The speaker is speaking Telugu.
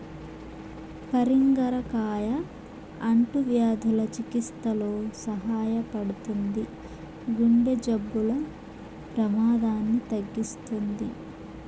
పరింగర కాయ అంటువ్యాధుల చికిత్సలో సహాయపడుతుంది, గుండె జబ్బుల ప్రమాదాన్ని తగ్గిస్తుంది